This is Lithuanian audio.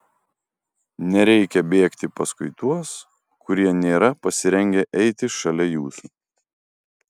nereikia bėgti paskui tuos kurie nėra pasirengę eiti šalia jūsų